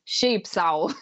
šiaip sau